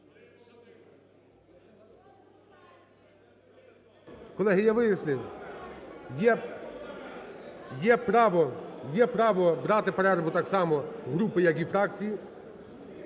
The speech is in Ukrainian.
Колеги, я вияснив, є право брати перерву так само груп, як і фракцій.